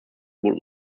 would